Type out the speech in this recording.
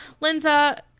Linda